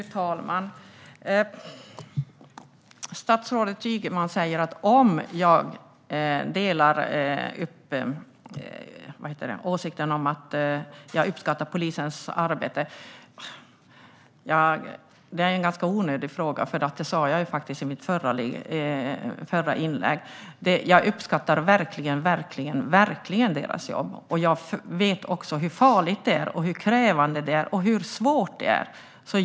Fru ålderspresident! Statsrådet Ygeman frågar om jag uppskattar polisens arbete. Det är en ganska onödig fråga, för jag tog upp detta i mitt förra inlägg. Jag uppskattar verkligen deras jobb, och jag vet också hur farligt, krävande och svårt det är.